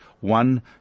One